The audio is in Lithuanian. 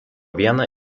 vieną